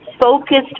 focused